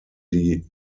die